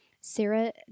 Sarah